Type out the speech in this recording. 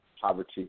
poverty